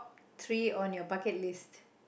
three on your bucket list